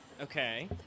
Okay